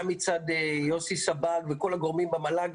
יוסי סבג וכל הגורמים במל"ג,